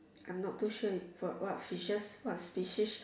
I'm not too sure you for what fishes what species